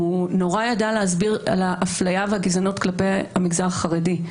הוא נורא ידע להסביר על ההפליה והגזענות כלפי המגזר החרדי,